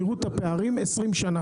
תראו את הפערים, ועברו עשרים שנה.